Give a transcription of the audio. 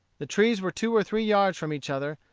the trees were two or three yards from each other,